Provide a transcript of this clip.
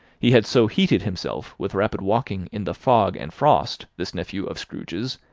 he had so heated himself with rapid walking in the fog and frost, this nephew of scrooge's,